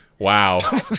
Wow